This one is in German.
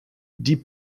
die